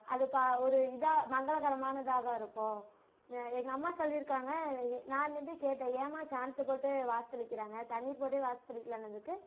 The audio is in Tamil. அது ப ஒரு இதாக மங்களகரமானதாக இருக்கும் எங்கள் அம்மா சொல்லிருக்காங்க நா நின்று கேட்டேன் ஏம்மா சாணத்தைப் போட்டு வாசல் தெளிக்கிறாங்க தண்ணி போட்டே வாசல் தெளிக்கலானதுக்கு